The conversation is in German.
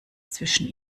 zwischen